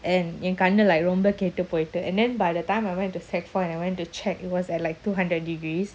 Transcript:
and என்னகண்ணு:enna kannu like ரொம்பகெட்டுபோயிட்டு:romba kettu poitu and then by the time I went to sec four and I went to check it was at like two hundred degrees